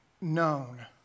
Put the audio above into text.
known